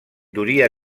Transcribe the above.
duria